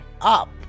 up